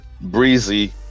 breezy